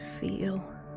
feel